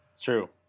true